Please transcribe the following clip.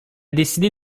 décidé